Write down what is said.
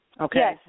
okay